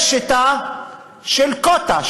יש שיטה של קווטה,